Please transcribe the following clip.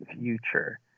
future